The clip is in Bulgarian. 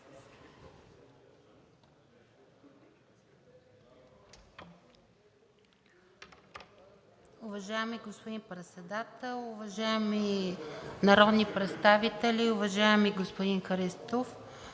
Уважаеми господин Председател, уважаеми народни представители! Уважаеми господин Христов,